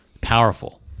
powerful